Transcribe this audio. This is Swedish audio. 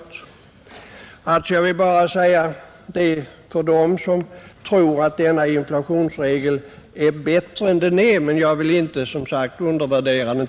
Jag vill bara säga detta till dem som tror att denna inflationsregel är bättre än den är. Men jag vill inte heller, som sagt, undervärdera den.